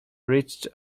reached